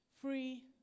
free